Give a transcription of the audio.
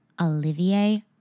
Olivier